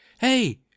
hey